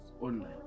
online